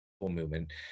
movement